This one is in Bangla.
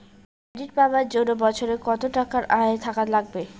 ক্রেডিট পাবার জন্যে বছরে কত টাকা আয় থাকা লাগবে?